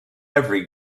every